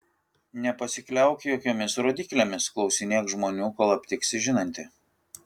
nepasikliauk jokiomis rodyklėmis klausinėk žmonių kol aptiksi žinantį